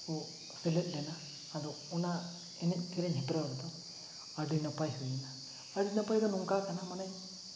ᱠᱚ ᱥᱮᱞᱮᱫ ᱞᱮᱱᱟ ᱟᱫᱚ ᱚᱱᱟ ᱮᱱᱮᱡ ᱥᱮᱨᱮᱧ ᱦᱮᱯᱨᱟᱣ ᱨᱮᱫᱚ ᱟᱹᱰᱤ ᱱᱟᱯᱟᱭ ᱦᱩᱭᱱᱟ ᱟᱹᱰᱤ ᱱᱟᱯᱟᱭ ᱫᱚ ᱱᱚᱝᱠᱟ ᱠᱟᱱᱟ ᱢᱟᱱᱮ